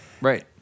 right